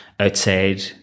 outside